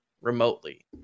remotely